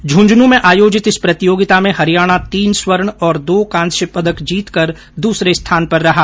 झुंझन् में आयोजित इस प्रतियोगिता में हरियाणा तीन स्वर्ण और दो कांस्य जीतकर दूसरे स्थान पर रहा